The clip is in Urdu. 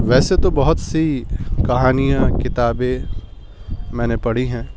ویسے تو بہت سی کہانیاں کتابیں میں نے پڑھی ہیں